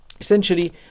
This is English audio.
Essentially